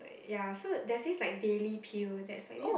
ya so there's this like daily peel that's like this